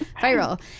viral